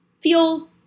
feel